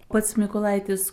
pats mykolaitis